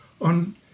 on